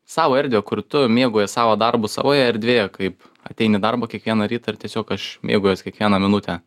savo erdvę kur tu mėgaujies savo darbu savoje erdvėje kaip ateini į darbą kiekvieną rytą ir tiesiog aš mėgaujuos kiekviena minute